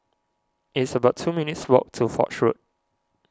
it's about two minutes' walk to Foch Road